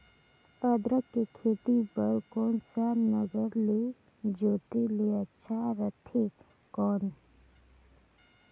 अदरक के खेती बार कोन सा नागर ले जोते ले अच्छा रथे कौन?